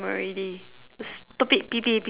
the stupid P_P_A_P song